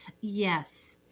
Yes